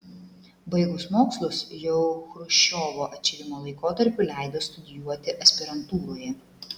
baigus mokslus jau chruščiovo atšilimo laikotarpiu leido studijuoti aspirantūroje